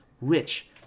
rich